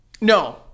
No